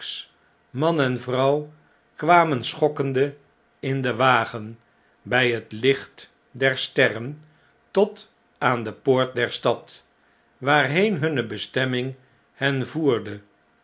man envrouw kwamen schokkende in den wagen bij het licht der sterren tot aan de poort der stad waarheen hunne bestemming hen voerde